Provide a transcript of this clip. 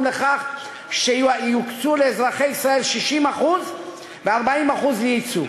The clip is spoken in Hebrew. לכך ש-60% יוקצו לאזרחי ישראל ו-40% ליצוא.